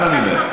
אנא ממך.